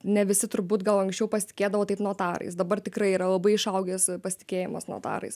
ne visi turbūt gal anksčiau pasitikėdavo taip notarais dabar tikrai yra labai išaugęs pasitikėjimas notarais